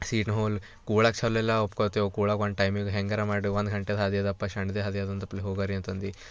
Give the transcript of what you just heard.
seat ಹೋಲಿ ಕೂಳಾಕ ಚಲೋ ಇಲ್ಲ ಒಪ್ಕೊತ್ತೀವಿ ಕೂಳಾಗ ಒಂದು ಟೈಮಿಗೆ ಹೇಗಾರ ಮಾಡಿ ಒಂದು ಘಂಟೆದು ಹಾದಿ ಅದಪ್ಪ ಸಣ್ದೆ ಹಾದಿ ಅಂದಪ್ಲೆ ಹೋಗರಿ ಅಂತಂದು